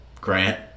Grant